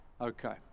Okay